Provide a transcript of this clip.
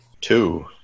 Two